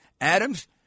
Adams